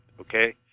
okay